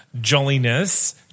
jolliness